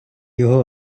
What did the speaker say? його